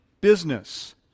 business